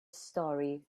story